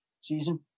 season